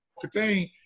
contain